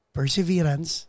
perseverance